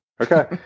Okay